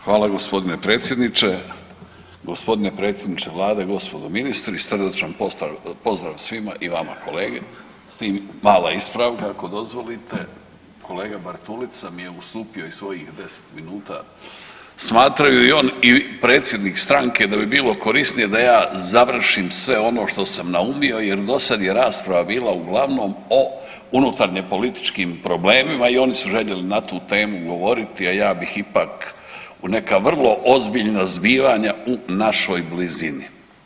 Hvala g. predsjedniče, g. predsjedniče Vlade, gospodo ministri, srdačan pozdrav svima i vama kolege, s tim, mala ispravka, ako dozvolite, kolega Bartulica mi je ustupio i svojih 10 minuta, smatraju i on i predsjednik stranke da bi bilo korisnije da ja završim sve ono što sam naumio jer dosad je rasprava bila uglavnom o unutarnjepolitičkim problemima i oni su željeli na tu temu govoriti, a ja bih ipak u neka vrlo ozbiljna zbivanja u našoj blizini.